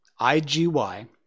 IGY